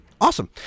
Awesome